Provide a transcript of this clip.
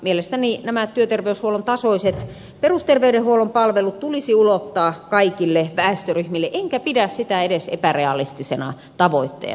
mielestäni nämä työterveyshuollon tasoiset perusterveydenhuollon palvelut tulisi ulottaa kaikkiin väestöryhmiin enkä pidä sitä edes epärealistisena tavoitteena